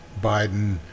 Biden